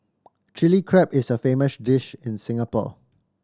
Chilli Crab is a famous dish in Singapore